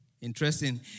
interesting